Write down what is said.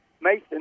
Mason